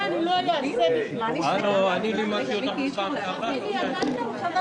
אני מתכבד לפתוח את ישיבת הוועדה המסדרת.